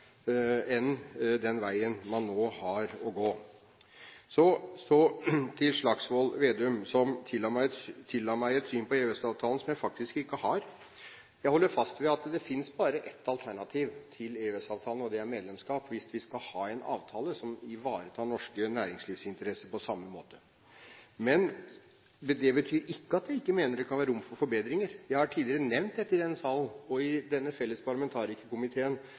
enn den veien man nå har å gå. Så til Slagsvold Vedum, som tilla meg et syn på EØS-avtalen som jeg faktisk ikke har. Jeg holder fast ved at det finnes bare ett alternativ til EØS-avtalen, og det er medlemskap – hvis vi skal ha en avtale som ivaretar norske næringslivsinteresser på samme måte. Men det betyr ikke at vi ikke mener at det kan være rom for forbedringer. Jeg har tidligere nevnt dette i denne salen, og i den felles parlamentarikerkomiteen